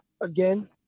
again